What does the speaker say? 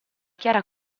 chiara